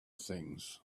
things